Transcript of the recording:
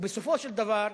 ובסופו של דבר,